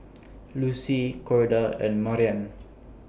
Lucie Corda and Marian